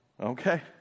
Okay